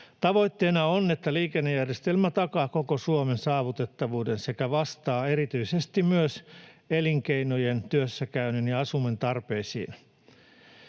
Tavoitteena on, että liikennejärjestelmä takaa koko Suomen saavutettavuuden sekä vastaa erityisesti myös elinkeinojen, työssäkäynnin ja asumisen tarpeisiin.